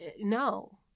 No